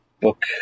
book